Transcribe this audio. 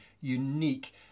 unique